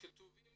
כתובים